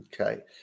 okay